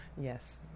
Yes